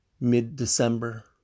Mid-December